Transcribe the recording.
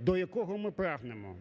до якого ми прагнемо.